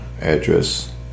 address